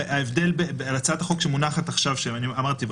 הצעת החוק שמונחת עכשיו שאמרתי,